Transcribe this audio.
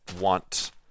want